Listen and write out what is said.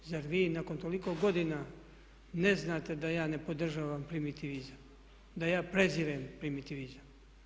Zar vi nakon toliko godina ne znate da ja ne podržavam primitivizam, da ja prezirem primitivizam?